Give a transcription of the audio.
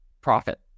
profit